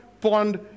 pond